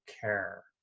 care